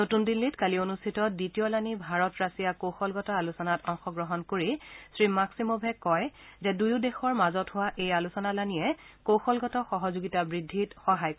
নতুন দিল্লীত কালি অনুষ্ঠিত দ্বিতীয়লানি ভাৰত ৰাছিয়া কৌশলগত আলোচনাত অংশগ্ৰহণ কৰি শ্ৰী মাক্সিমোভে কয় যে দুয়ো দেশৰ মাজত হোৱা এই আলোচনালানিয়ে কৌশলগত সহযোগিতা বৃদ্ধিত সহায় কৰিব